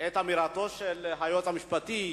את אמירתו של היועץ המשפטי,